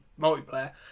multiplayer